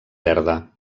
verda